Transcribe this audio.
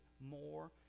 more